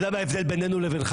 אתה יודע מה ההבדל בינינו לבינך?